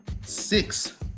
six